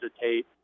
hesitate